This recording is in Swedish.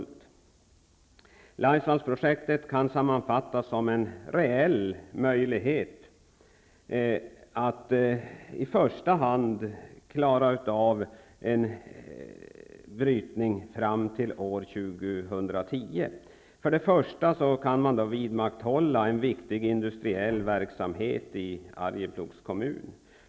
Laisvallsprojektet kan sammanfattas som en reell möjlighet att i första hand klara av en brytning fram till år 2010. För det första kan man vidmakthålla en viktig industriell verksamhet i Arjeplogs kommun.